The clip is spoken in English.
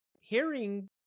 hearing